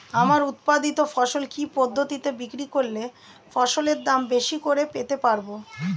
আমার উৎপাদিত ফসল কি পদ্ধতিতে বিক্রি করলে ফসলের দাম বেশি করে পেতে পারবো?